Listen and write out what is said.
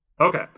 Okay